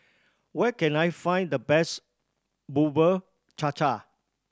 where can I find the best Bubur Cha Cha